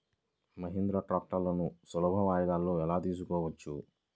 మహీంద్రా ట్రాక్టర్లను సులభ వాయిదాలలో ఎలా తీసుకోవచ్చు?